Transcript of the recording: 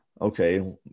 okay